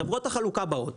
חברות החלוקה באות